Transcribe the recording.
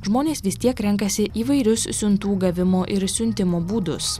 žmonės vis tiek renkasi įvairius siuntų gavimo ir siuntimo būdus